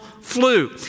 flu